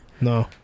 No